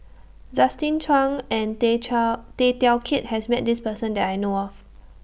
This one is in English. Justin Zhuang and Tay Tay Teow Kiat has Met This Person that I know of